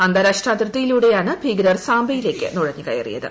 അന്താരാഷ്ട്ര അതിർത്തിയിലൂടെയാണ് ഭീകരർ സാംബയിലേക്ക് നുഴഞ്ഞുകയറിയത്